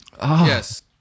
Yes